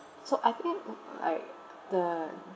so I think like the